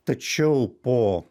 tačiau po